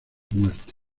muerte